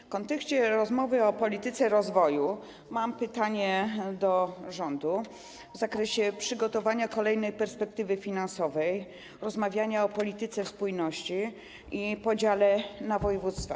W kontekście rozmowy o polityce rozwoju mam pytanie do rządu w zakresie przygotowania kolejnej perspektywy finansowej, rozmawiania o polityce spójności i podziale na województwa.